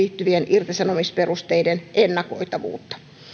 irtisanomisperusteiden ennakoitavuutta